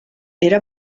era